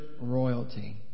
royalty